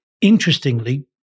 interestingly